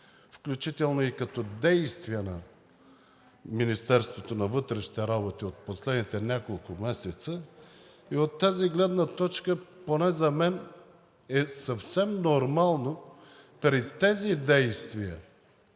включително и като действия на Министерството на вътрешните работи от последните няколко месеца. И от тази гледна точка поне за мен е съвсем нормално при тези действия